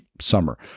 summer